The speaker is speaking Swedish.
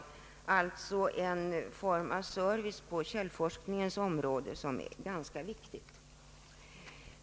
Det är alltså här fråga om en form av service på källforskningens område som är ganska viktig.